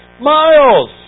miles